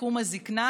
בתחום הזקנה".